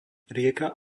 rieka